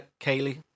Kaylee